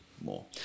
more